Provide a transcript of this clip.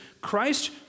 Christ